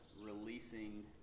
releasing